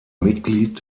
mitglied